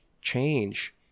change